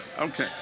Okay